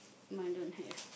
mine don't have